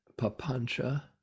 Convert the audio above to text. Papancha